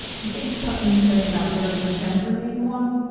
i think putnam says about thirty percent remain one.